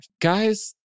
Guys